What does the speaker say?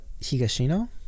Higashino